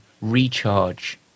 recharge